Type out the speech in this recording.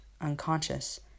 unconscious